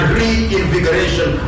reinvigoration